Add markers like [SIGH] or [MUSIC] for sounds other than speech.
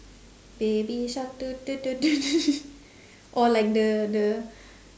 baby shark [NOISE] [LAUGHS] or like the the